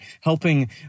helping